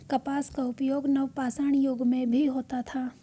कपास का उपयोग नवपाषाण युग में भी होता था